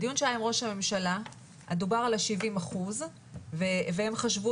בדיון שהיה עם ראש הממשלה דובר על ה-70% והם חשבו